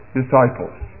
disciples